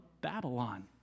Babylon